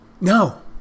No